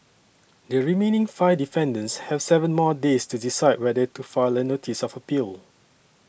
the remaining five defendants have seven more days to decide whether to file a notice of appeal